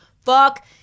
fuck